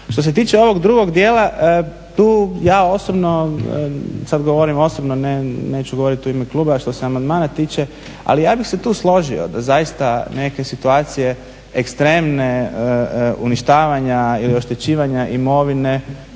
Što se tiče ovog drugog dijela tu ja osobno sad govorim osobno, neću govoriti u ime kluba što se amandmana tiče. Ali ja bih se tu složio da zaista neke situacije ekstremne uništavanja ili oštećivanja imovine